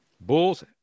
Bulls